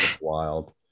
wild